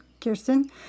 Kirsten